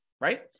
right